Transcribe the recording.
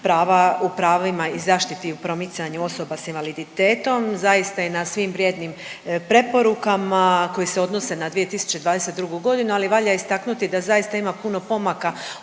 prava, u pravima i zaštiti i promicanju osoba s invaliditetom, zaista i na svim vrijednim preporukama koje se odnose na 2022. g., ali valja istaknuti da zaista ima puno pomaka